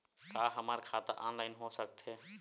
का हमर खाता ऑनलाइन हो सकथे?